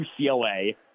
UCLA